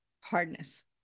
hardness